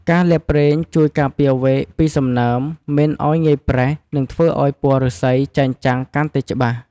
ការលាបប្រេងជួយការពារវែកពីសំណើម មិនឱ្យងាយប្រេះ និងធ្វើឱ្យពណ៌ឫស្សីចែងចាំងកាន់តែច្បាស់។